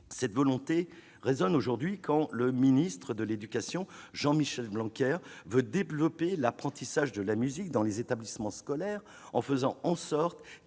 Cette volonté résonne encore aujourd'hui quand le ministre de l'éducation nationale, Jean-Michel Blanquer, veut développer l'apprentissage de la musique dans les établissements scolaires en faisant en sorte